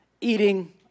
eating